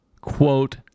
quote